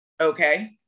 okay